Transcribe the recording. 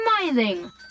Smiling